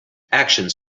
actions